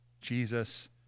Jesus